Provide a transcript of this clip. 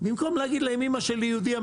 במקום להגיד לה אם אמא שלי יהודייה,